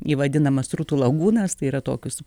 į vadinamas srutų lagūnas tai yra tokius